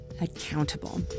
accountable